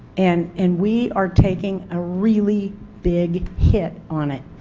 and and we are taking a really big hit on it.